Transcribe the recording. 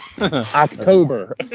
October